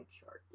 sharks